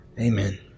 amen